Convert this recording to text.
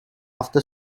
after